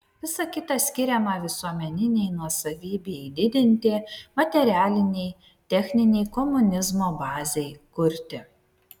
visa kita skiriama visuomeninei nuosavybei didinti materialinei techninei komunizmo bazei kurti